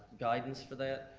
guidance for that.